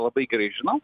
labai gerai žinau